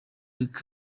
york